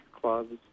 clubs